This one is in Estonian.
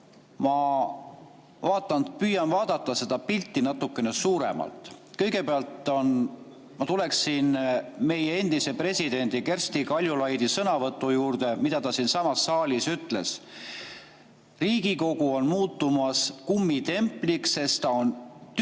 puhul ma püüan vaadata seda pilti natuke suuremalt. Kõigepealt ma tuleksin meie endise presidendi Kersti Kaljulaidi sõnavõtu juurde, mida ta siinsamas saalis ütles: Riigikogu on muutumas kummitempliks, sest ta on kogu aeg